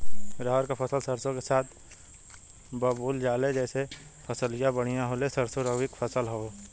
रहर क फसल सरसो के साथे बुवल जाले जैसे फसलिया बढ़िया होले सरसो रबीक फसल हवौ